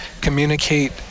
communicate